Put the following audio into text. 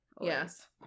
Yes